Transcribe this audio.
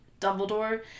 Dumbledore